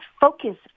focus